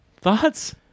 Thoughts